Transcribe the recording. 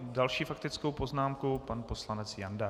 Další s faktickou poznámkou pan poslanec Jandák.